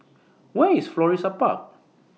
Where IS Florissa Park